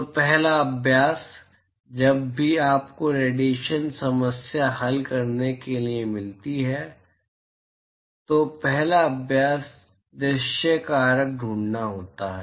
तो पहला अभ्यास जब भी आपको रेडिएशन समस्या हल करने के लिए मिलती है तो पहला अभ्यास दृश्य कारक ढूंढना होता है